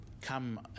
come